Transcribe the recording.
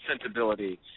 sensibility